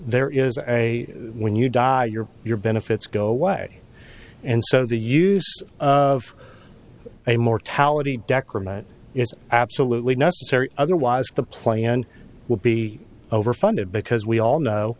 there is a when you die your your benefits go away and so the use of a mortality decorah is absolutely necessary otherwise the plan will be over funded because we all know